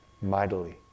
mightily